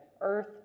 earth